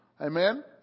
Amen